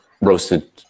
roasted